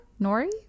Nori